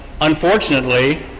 unfortunately